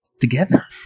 together